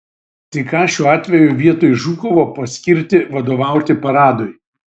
tai ką šiuo atveju vietoj žukovo paskirti vadovauti paradui